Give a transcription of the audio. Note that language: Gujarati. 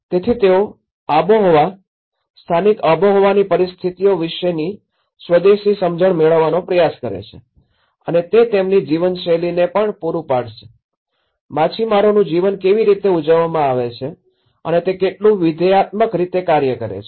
તેથી તેઓ આબોહવા સ્થાનિક આબોહવાની પરિસ્થિતિઓ વિશેની સ્વદેશી સમજણ મેળવવાનો પ્રયાસ કરે છે અને તે તેમની જીવનશૈલીને પણ પૂરું પાડશે માછીમારનું જીવન કેવી રીતે ઉજવવામાં આવે છે અને તે કેટલું વિધેયાત્મક રીતે કાર્ય કરે છે